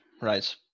right